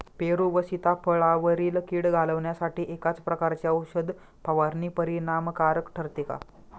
पेरू व सीताफळावरील कीड घालवण्यासाठी एकाच प्रकारची औषध फवारणी परिणामकारक ठरते का?